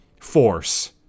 force